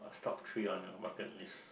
top three on your bucket list